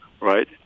right